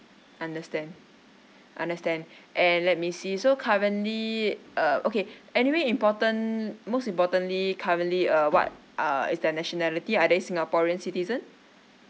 understand understand and let me see so currently uh okay anyway important most importantly currently uh what uh is their nationality are they singaporean citizen